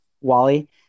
Wally